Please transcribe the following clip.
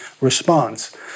response